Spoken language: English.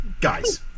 guys